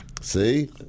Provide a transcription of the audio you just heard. See